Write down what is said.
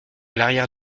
l’arrière